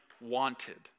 wanted